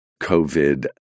COVID